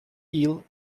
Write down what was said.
eel